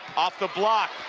off the block.